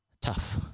tough